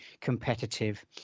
competitive